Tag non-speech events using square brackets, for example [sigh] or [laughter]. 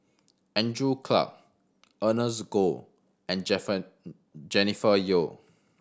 Andrew Clarke Ernest Goh and [unintelligible] Jennifer Yeo